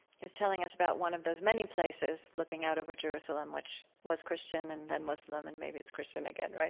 he was telling us about of those many places looking out over jerusalem, which was christian and then muslim and maybe it's christian again, right?